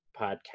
Podcast